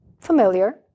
familiar